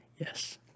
Yes